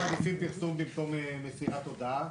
אנחנו מעדיפים פרסום במקום מסירת הודעה.